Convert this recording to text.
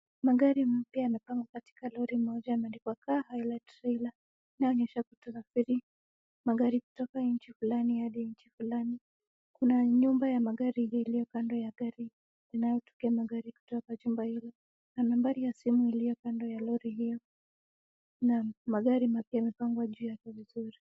Magari mapya yamepangwa katika lori moja imeandikwa Car Highlight Trailer, inaonyesha kusafiri magari kutoka nchi fulani hafi nchi fulani. Kuna nyumba ya magari iliyo kando gari inayotokea magari kutoka chumba hilo na nambari ya simu iliyo kando ya lori hiyo. Naam, magari mapya yamepangwa juu yake vizuri.